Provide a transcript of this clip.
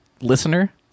listener